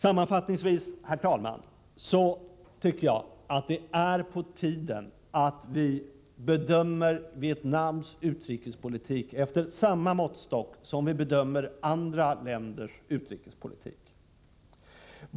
Sammanfattningsvis, herr talman, tycker jag att det är på tiden att vi bedömer Vietnams utrikespolitik med samma måttstock som vi bedömer andra länders utrikespolitik.